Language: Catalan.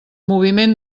moviment